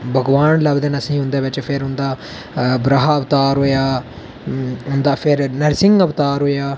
भगोआन लगदे नै असेंगी उं'दे बिच फिर उं'दा ब्राह अवतार होएआ उं'दा फिर नरसिंह अवतार होएआ